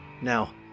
Now